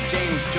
James